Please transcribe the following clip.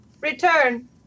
return